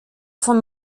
von